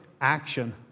action